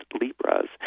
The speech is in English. Libras